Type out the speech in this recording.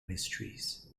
mysteries